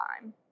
time